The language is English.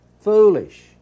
foolish